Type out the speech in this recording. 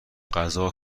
غذا